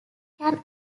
can